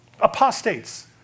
Apostates